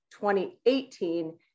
2018